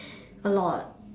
a lot